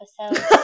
episode